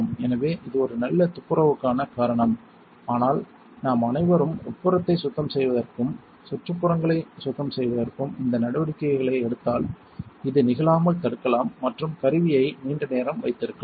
எனவே இது ஒரு நல்ல துப்புரவுக்கான காரணம் ஆனால் நாம் அனைவரும் உட்புறத்தை சுத்தம் செய்வதற்கும் சுற்றுப்புறங்களை சுத்தம் செய்வதற்கும் இந்த நடவடிக்கைகளை எடுத்தால் இது நிகழாமல் தடுக்கலாம் மற்றும் கருவியை நீண்ட நேரம் வைத்திருக்கலாம்